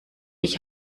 ich